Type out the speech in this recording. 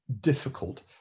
difficult